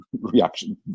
reaction